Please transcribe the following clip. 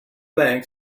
bank